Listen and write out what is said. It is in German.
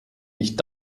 nicht